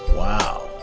wow,